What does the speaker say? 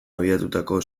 abiatutako